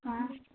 हँ